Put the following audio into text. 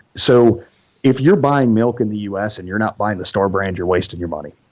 so if you're buying milk in the us and you're not buying the store brand, you're wasting your money.